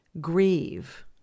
grieve